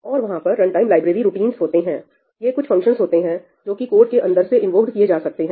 और वहां पर रनटाइम लाइब्रेरी रूटीनस होते हैं ये कुछ फंक्शन होते हैं जो कि कोड के अंदर से इन्वोक्ड किए जा सकते हैं